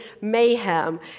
mayhem